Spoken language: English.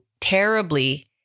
terribly